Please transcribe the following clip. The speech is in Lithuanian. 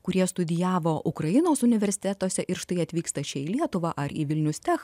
kurie studijavo ukrainos universitetuose ir štai atvyksta čia į lietuvą ar į vilnius tech